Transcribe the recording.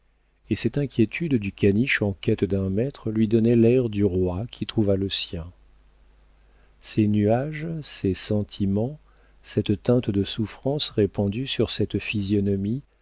et cette inquiétude du caniche en quête d'un maître lui donnait l'air du roi qui trouva le sien ces nuages ces sentiments cette teinte de souffrance répandue sur cette physionomie